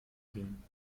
gehen